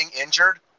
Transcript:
injured